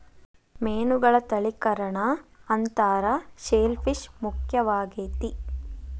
ಮೇನುಗಳ ತಳಿಕರಣಾ ಅಂತಾರ ಶೆಲ್ ಪಿಶ್ ಮುಖ್ಯವಾಗೆತಿ